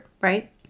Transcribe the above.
right